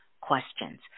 questions